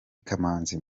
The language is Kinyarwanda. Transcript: kamanzi